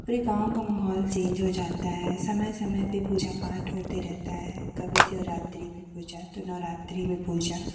पूरे गाँव का माहौल चेन्ज हो जाता है समय समय पर पूजा पाठ होते रहता है कभी शिवरात्रि में पूजा तो नवरात्रि में पूजा